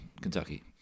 Kentucky